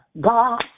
God